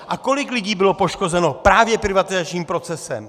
A kolik lidí bylo poškozeno právě privatizačním procesem?